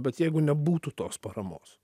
bet jeigu nebūtų tos paramos